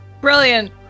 Brilliant